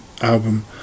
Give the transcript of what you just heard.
album